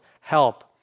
help